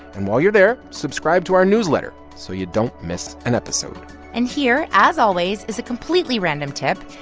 and while you're there, subscribe to our newsletter so you don't miss an episode and here, as always, is a completely random tip,